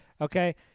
Okay